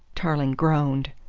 tarling groaned.